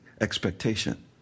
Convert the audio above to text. expectation